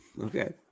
Okay